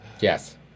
Yes